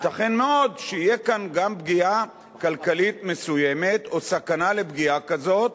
ייתכן מאוד שתהיה כאן גם פגיעה כלכלית מסוימת או סכנה של פגיעה כזאת,